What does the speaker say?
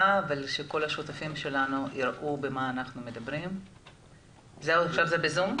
אנחנו מדברים סוף סוף על סיוע ישיר למגזר העסקי,